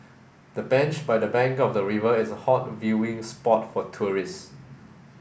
the bench by the bank of the river is a hot viewing spot for tourists